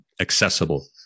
accessible